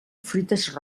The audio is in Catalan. fruites